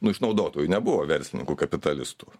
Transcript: nu išnaudotojų nebuvo verslininkų kapitalistų